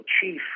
chief